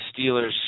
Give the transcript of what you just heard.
Steelers